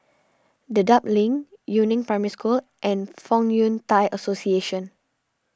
Dedap Link Yu Neng Primary School and Fong Yun Thai Association